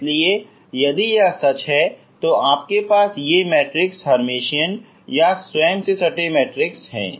इसलिए यदि यह सच है तो आपके पास ये मैट्रिस हर्मिटियन या स्वयं सटे मैट्रिक्स हैं